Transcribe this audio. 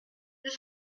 deux